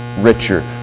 richer